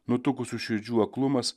nutukusių širdžių aklumas